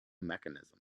mechanisms